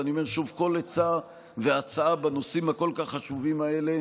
ואני אומר שוב: כל עצה והצעה בנושאים הכל-כך חשובים האלה